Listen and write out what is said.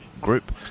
group